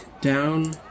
down